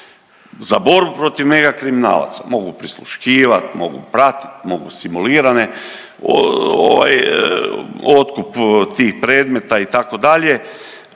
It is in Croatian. za borbu protiv mega kriminalaca. Mogu prisluškivati, mogu pratiti, mogu simulirane, otkup tih predmeta itd.